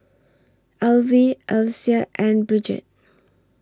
Alvie Alysa and Bridget